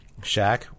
Shaq